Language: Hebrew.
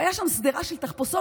והייתה שם שדרה של תחפושות.